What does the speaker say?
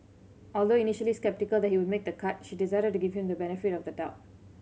although initially sceptical that he would make the cut she decided to give him the benefit of the doubt